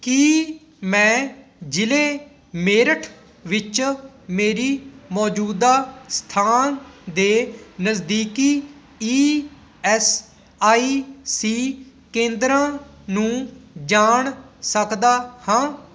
ਕੀ ਮੈਂ ਜ਼ਿਲ੍ਹੇ ਮੇਰਠ ਵਿੱਚ ਮੇਰੀ ਮੌਜੂਦਾ ਸਥਾਨ ਦੇ ਨਜ਼ਦੀਕੀ ਈ ਐੱਸ ਆਈ ਸੀ ਕੇਂਦਰਾਂ ਨੂੰ ਜਾਣ ਸਕਦਾ ਹਾਂ